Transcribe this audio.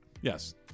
Yes